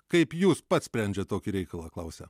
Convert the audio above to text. kaip jūs pats sprendžiat tokį reikalą klausia